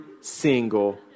single